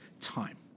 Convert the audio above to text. time